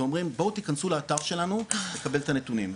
ואומרים בואו תכנסו לאתר שלנו לקבל את הנתונים,